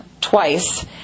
twice